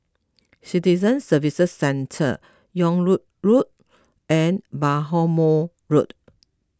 Citizen Services Centre Yung Loh Road and Bhamo Road